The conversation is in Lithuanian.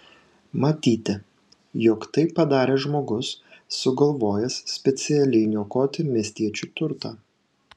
matyti jog tai padarė žmogus sugalvojęs specialiai niokoti miestiečių turtą